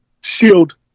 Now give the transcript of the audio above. Shield